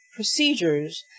procedures